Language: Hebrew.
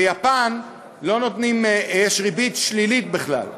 ביפן יש ריבית שלילית בכלל,